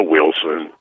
Wilson